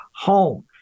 home